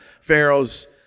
Pharaoh's